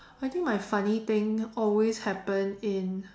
I think my funny thing always happen in